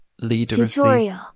Tutorial